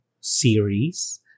series